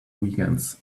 weekends